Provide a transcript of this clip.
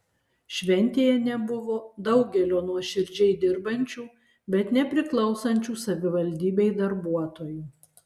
šventėje nebuvo daugelio nuoširdžiai dirbančių bet nepriklausančių savivaldybei darbuotojų